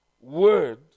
word